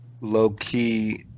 low-key